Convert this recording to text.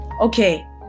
Okay